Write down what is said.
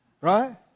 Right